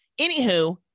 Anywho